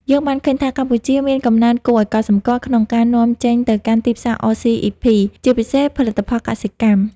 យើងបានឃើញថា កម្ពុជាមានកំណើនគួរឱ្យកត់សម្គាល់ក្នុងការនាំចេញទៅកាន់ទីផ្សារ អ សុី អុី ភី(RCEP) ជាពិសេសផលិតផលកសិកម្ម។